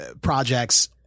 projects